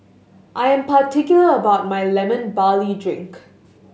I am particular about my Lemon Barley Drink